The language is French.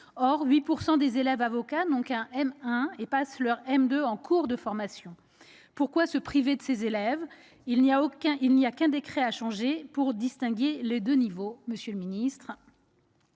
Or 8 % des élèves avocats n'ont qu'un master 1 et passent leur master 2 en cours de formation. Pourquoi se priver de ces élèves ? Il n'y a qu'un décret à changer pour distinguer les deux niveaux, monsieur